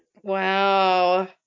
Wow